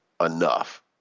enough